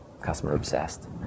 customer-obsessed